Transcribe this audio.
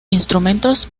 instrumentos